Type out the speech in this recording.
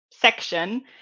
section